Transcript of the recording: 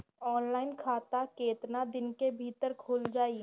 Online खाता केतना दिन के भीतर ख़ुल जाई?